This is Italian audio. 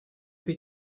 dei